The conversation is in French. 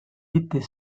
était